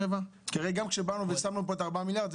כי הרי גם כשבאנו ושמנו פה את הארבעה מיליארד,